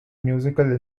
musical